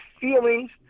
feelings